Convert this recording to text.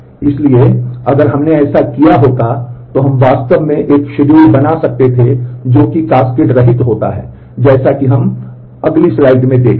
इसलिए अगर हमने ऐसा किया होता तो हम वास्तव में एक शेड्यूल बना सकते थे जो कि कास्केड रहित होता है जैसा कि हम अगली स्लाइड में देखते हैं